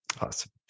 Awesome